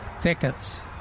thickets